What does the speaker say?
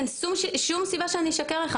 אין שום סיבה שאני אשקר לך.